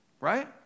right